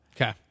Okay